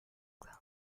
that